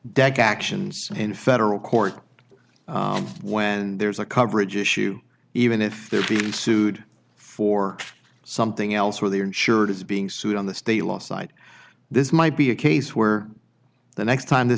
deck actions in federal court when there's a coverage issue even if they're being sued for something else where the insured is being sued on the state law site this might be a case where the next time this